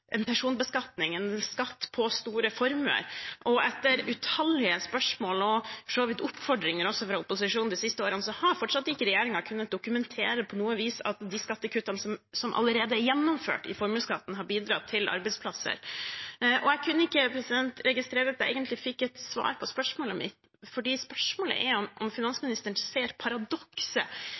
på store formuer. Etter utallige spørsmål nå, og for så vidt også oppfordringer fra opposisjonen de siste årene, har regjeringen fortsatt ikke kunnet dokumentere på noe vis at de skattekuttene som allerede er gjennomført i formuesskatten, har bidratt til arbeidsplasser. Og jeg kunne ikke registrere at jeg egentlig fikk et svar på spørsmålet mitt, for spørsmålet er om finansministeren ser paradokset